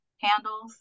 handles